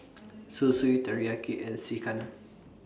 Zosui Teriyaki and Sekihan